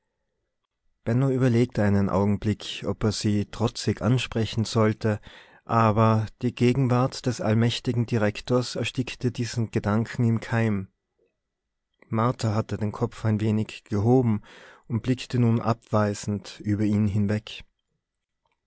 überlegte einen augenblick ob er sie trotzig ansprechen sollte aber die gegenwart des allmächtigen direktors erstickte diesen gedanken im keim martha hatte den kopf ein wenig gehoben und blickte nun abweisend über ihn hinweg